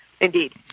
indeed